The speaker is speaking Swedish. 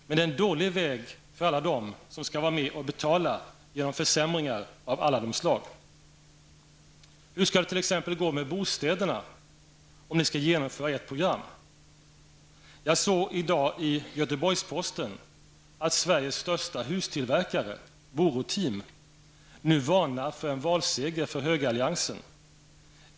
Men det är en dålig väg för alla som skall vara med och betala genom försämringar av alla de slag. Hur skall det t.ex. gå med bostäderna om ni skall genomföra ert program? Jag såg i dag i Göteborgs-Posten att Sveriges största hustillverkare, Team Boro, nu varnar för en valseger för högeralliansen.